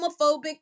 homophobic